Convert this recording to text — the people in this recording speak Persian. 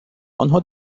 آنها